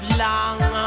long